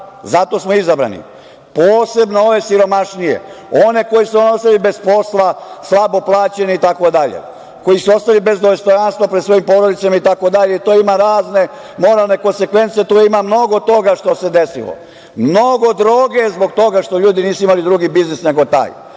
Zato smo izabrani. Posebno moramo štititi siromašnije, one koji su ostali bez posla, slabo plaćene itd, koji su ostali bez dostojanstva, bez svojih porodica itd. I to ima razne moralne konsekvence. Tu ima mnogo toga što se desilo. Mnogo droge, zbog toga što ljudi nisu imali biznis nego taj,